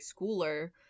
schooler